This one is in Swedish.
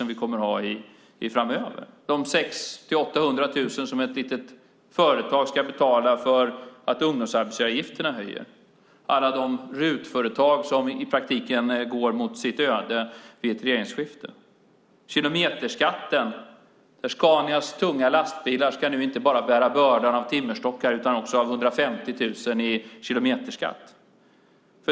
Den reflekterar inte över de 600 000-800 000 som ett litet företag ska betala för att ungdomsarbetsgivaravgifterna höjs eller alla de RUT-företag som i praktiken möter sitt öde vid ett regeringsskifte. Den reflekterar inte över kilometerskatten som innebär att Scanias tunga lastbilar nu inte bara ska bära bördan av timmerstockar utan också av 150 000 i kilometerskatt.